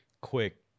quick